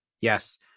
Yes